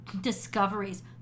discoveries